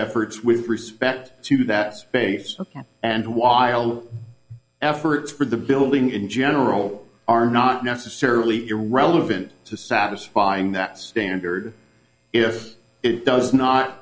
efforts with respect to that space and while efforts for the building in general are not necessarily irrelevant to satisfying that standard if it does not